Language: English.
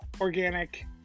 organic